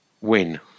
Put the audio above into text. Win